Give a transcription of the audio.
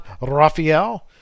Raphael